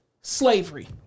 Slavery